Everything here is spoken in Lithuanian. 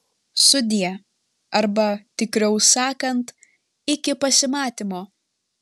sudie arba tikriau sakant iki pasimatymo